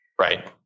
Right